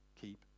keep